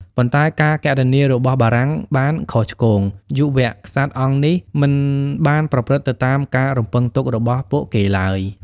ប៉ុន្តែការគណនារបស់បារាំងបានខុសឆ្គង យុវក្សត្រអង្គនេះមិនបានប្រព្រឹត្តទៅតាមការរំពឹងទុករបស់ពួកគេឡើយ។